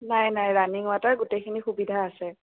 নাই নাই running water গোটেইখিনি সুবিধা আছে